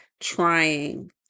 trying